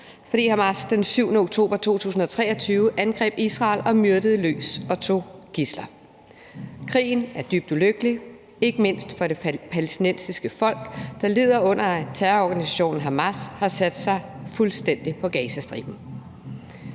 fordi Hamas den 7. oktober 2023 angreb Israel og myrdede løs og tog gidsler. Krigen er dybt ulykkelig, ikke mindst for det palæstinensiske folk, der lider under, at terrororganisationen Hamas har sat sig fuldstændig på Gazastriben.